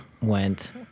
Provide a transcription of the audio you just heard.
went